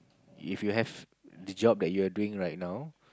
if you have the job that you are doing right now